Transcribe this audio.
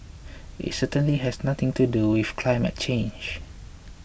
it certainly has nothing to do with climate change